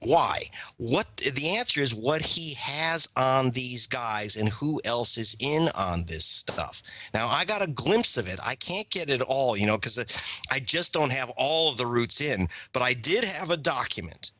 why what is the answer is what he has these guys in who else is in on this stuff now i got a glimpse of it i can't get it all you know is that i just don't have all of the roots in but i did have a document